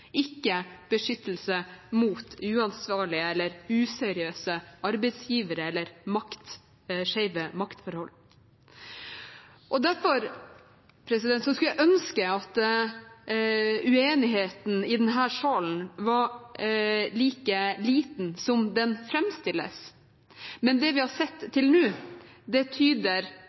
ikke at den gir beskyttelse mot uansvarlige og useriøse arbeidsgivere eller skjeve maktforhold. Derfor skulle jeg ønske at uenigheten i denne salen var like liten som den framstilles, men det vi har sett til nå – det